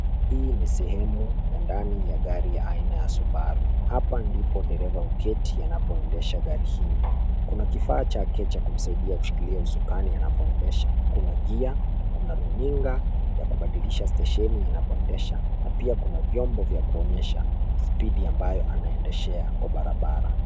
Hii ni sehemu ya ndani ya gari aina ya Subaru. Hapa ndipo dereva huketi anapoendesha gari hili. Kuna kifaa chake cha kumsaidia kushikilia usukani anapoendesha. Kuna gia, kuna runinga ya kubadilisha stesheni anapoendesha. Na pia kuna vyombo vya kuonyesha spidi ambayo anaendeshea kwa barabara.